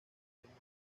fútbol